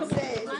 נמנע?